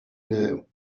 know